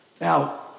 Now